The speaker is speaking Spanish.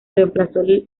reemplazó